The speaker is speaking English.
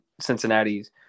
Cincinnati's